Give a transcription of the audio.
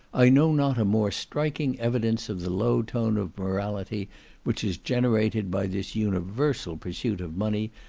i know not a more striking evidence of the low tone of morality which is generated by this universal pursuit of money,